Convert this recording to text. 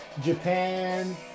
Japan